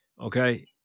Okay